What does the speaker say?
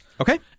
Okay